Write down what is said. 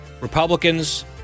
republicans